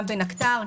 גם בנקטר,